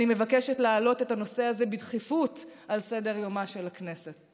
אני מבקשת להעלות את הנושא הזה בדחיפות על סדר-יומה של הכנסת.